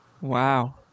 Wow